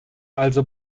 also